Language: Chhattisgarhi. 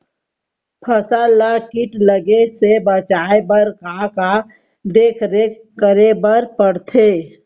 फसल ला किट लगे से बचाए बर, का का देखरेख करे बर परथे?